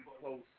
close